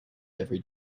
every